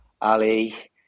Ali